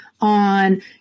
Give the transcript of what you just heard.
on